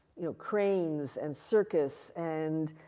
you know, cranes and circus and,